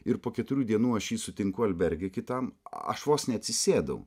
ir po keturių dienų aš jį sutinku alberge kitam aš vos neatsisėdau